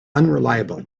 unreliable